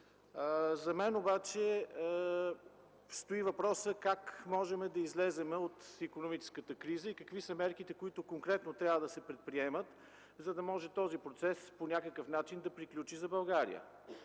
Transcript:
За мен обаче стои въпросът как можем да излезем от икономическата криза и какви са мерките, които конкретно трябва да се предприемат, за да може този процес по някакъв начин да приключи за България.